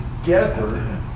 together